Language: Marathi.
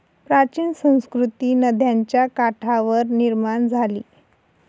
प्राचीन संस्कृती नद्यांच्या काठावर निर्माण झाली